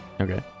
Okay